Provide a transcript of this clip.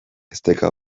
esteka